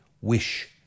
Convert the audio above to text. wish